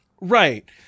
Right